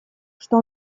что